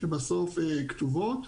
שבסוף כתובות,